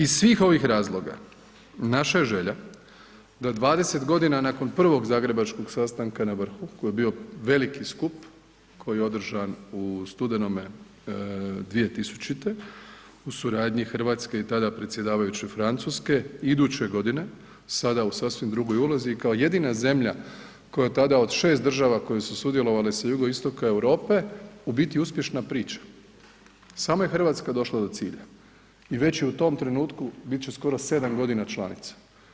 Iz svih ovih razloga naša je želja da 20 g. nakon prvog zagrebačkog sastanka na vrhu koji je bio veliki skup koji je održan u studenome 2000. u suradnji Hrvatske i tada predsjedavajuće Francuske, iduće godine, sada u sasvim drugoj ulozi i kao jedina zemlja koja je tada od 6 država koje su sudjelovale sa jugoistoka Europe, u biti uspješna priča, samo je Hrvatska došla do cilja i već je u tom trenutku, bit će skoro 7 g. članica.